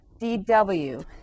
dw